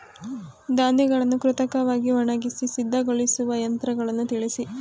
ಧಾನ್ಯಗಳನ್ನು ಕೃತಕವಾಗಿ ಒಣಗಿಸಿ ಸಿದ್ದಗೊಳಿಸುವ ಯಂತ್ರಗಳನ್ನು ತಿಳಿಸಿ?